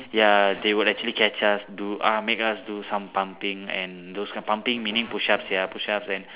ya they would actually catch us do ah make us do some pumping and those kind pumping meaning push ups ya push ups and